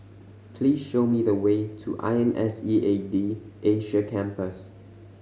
please show me the way to I N S E A D Asia Campus